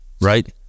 Right